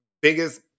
biggest